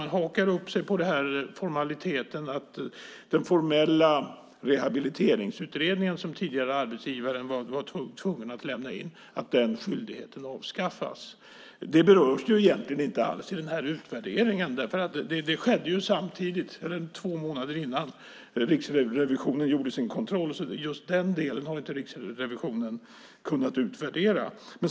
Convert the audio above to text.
Man hakar upp sig på formaliteten att den tidigare skyldigheten för arbetsgivaren att lämna in den formella rehabiliteringsutredningen avskaffas. Detta berörs egentligen inte alls i utvärderingen. Det skedde två månader innan dess att Riksrevisionen gjorde sin kontroll, så just den delen har inte Riksrevisionen kunnat utvärdera.